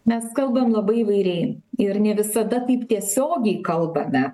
mes kalbam labai įvairiai ir ne visada taip tiesiogiai kalbame